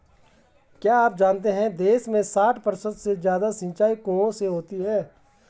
क्या आप जानते है देश में साठ प्रतिशत से ज़्यादा सिंचाई कुओं से होती है?